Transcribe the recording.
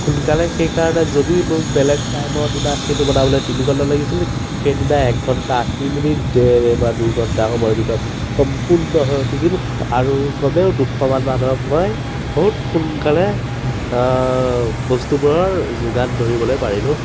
সোনকালে সেইকাৰণে যদি মোক বেলেগ টাইমৰ দিনা সেইটো বনাবলৈ তিনিঘণ্টা লাগিছিল সেইদিনা এক ঘণ্টা আশী মিনিট দেৰ বা দুই ঘণ্টা সময়ৰ ভিতৰত সম্পূৰ্ণ হৈ উঠিছিল আৰু কমেও দুশমান মানুহক মই বহুত সোনকালে বস্তুবোৰৰ যোগান ধৰিবলৈ পাৰিলোঁ